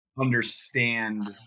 understand